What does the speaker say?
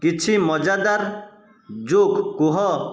କିଛି ମଜାଦାର ଜୋକ୍ କୁହ